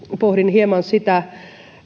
pohdin hieman sitä